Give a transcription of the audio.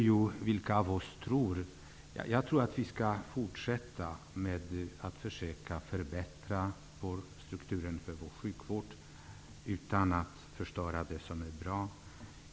Jag tror att vi skall fortsätta att försöka förbättra strukturen hos vår sjukvård utan att förstöra det som är bra.